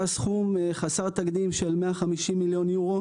סכום חסר תקדים של 150,000,000 יורו